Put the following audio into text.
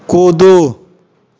कूदू